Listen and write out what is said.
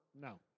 No